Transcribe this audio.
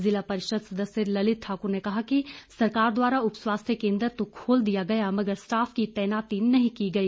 जिला परिषद सदस्य ललित ठाकुर ने कहा कि सरकार द्वारा उपस्वास्थ्य केंद्र तो खोल दिया मगर स्टाफ की तैनाती नहीं की गई